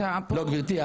אתה --- לא גברתי,